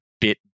bit